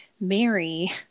Mary